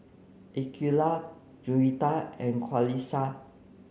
Aqeelah Juwita and Qalisha